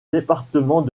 département